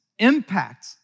impact